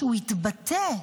שהוא התבטא,